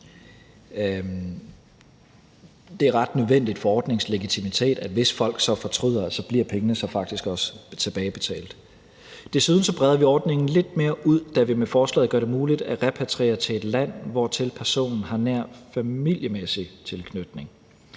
det er ret nødvendigt for ordningens legitimitet, at pengene faktisk også bliver tilbagebetalt, hvis folk fortryder. Desuden breder vi ordningen lidt mere ud, da vi med forslaget gør det muligt at repatriere til et land, hvortil personen har nær familiemæssig tilknytning.